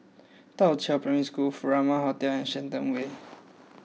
Da Qiao Primary School Furama Hotel and Shenton Way